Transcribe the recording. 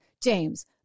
James